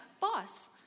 boss